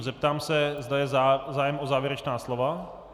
Zeptám se, zda je zájem o závěrečná slova.